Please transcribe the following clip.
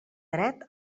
dret